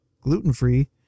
gluten-free